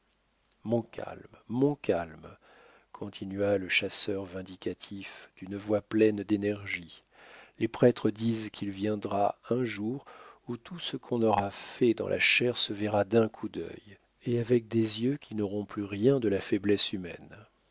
de courroux montcalm montcalm continua le chasseur vindicatif d'une voix pleine d'énergie les prêtres disent qu'il viendra un jour où tout ce qu'on aura fait dans la chair se verra d'un coup d'œil et avec des yeux qui n'auront plus rien de la faiblesse humaine